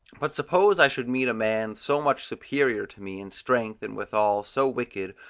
but suppose i should meet a man so much superior to me in strength, and withal so wicked,